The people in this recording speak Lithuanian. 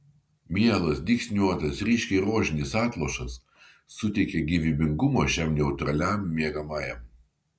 mielas dygsniuotas ryškiai rožinis atlošas suteikia gyvybingumo šiam neutraliam miegamajam